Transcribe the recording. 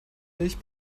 milch